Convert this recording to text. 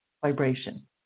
vibration